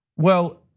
well,